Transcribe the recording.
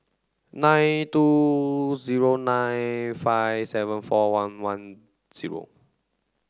nine two zero nine five seven four one one zero